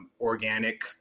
organic